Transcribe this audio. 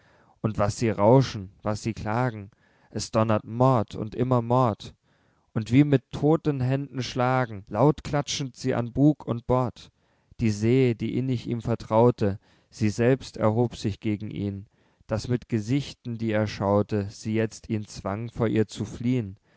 und was sie rauschen was sie klagen es donnert mord und immer mord und wie mit todtenhänden schlagen laut klatschend sie an bug und bord die see die innig ihm vertraute sie selbst erhob sich gegen ihn daß mit gesichten die er schaute sie jetzt ihn zwang vor ihr zu fliehn